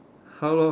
how long